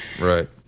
Right